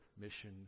mission